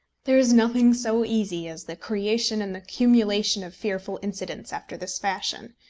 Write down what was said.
there is nothing so easy as the creation and the cumulation of fearful incidents after this fashion.